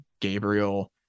Gabriel